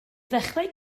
ddechrau